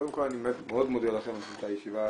קודם כל אני מאוד מודה לכם על ההשתתפות בישיבה,